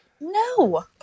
No